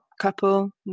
couple